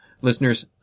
listeners